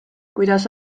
kuidas